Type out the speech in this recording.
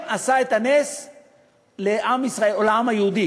אבל הלכתי,